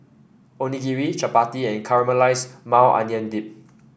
Onigiri Chapati and Caramelized Maui Onion Dip